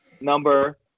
number